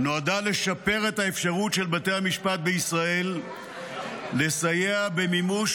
נועדה לשפר את האפשרות של בתי המשפט בישראל לסייע במימוש